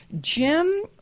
Jim